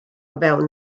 fewn